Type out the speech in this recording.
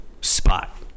spot